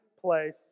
place